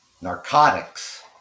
narcotics